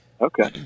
Okay